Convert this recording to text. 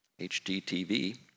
HDTV